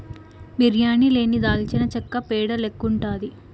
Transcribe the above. బిర్యానీ లేని దాల్చినచెక్క పేడ లెక్కుండాది